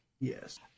Yes